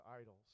idols